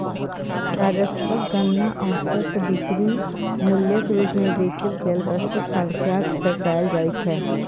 राजस्वक गणना औसत बिक्री मूल्यक रूप मे बेचल गेल वस्तुक संख्याक सं कैल जाइ छै